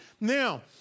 Now